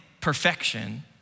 perfection